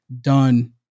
done